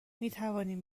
میتوانیم